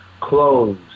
Clothes